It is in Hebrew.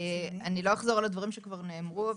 אני לא אחזור על הדברים שכבר נאמרו,